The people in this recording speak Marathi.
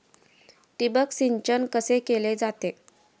ठिबक सिंचन कसे केले जाते?